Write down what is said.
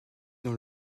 dans